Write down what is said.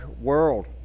world